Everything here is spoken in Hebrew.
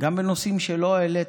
גם בנושאים שלא העלית,